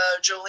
Jolene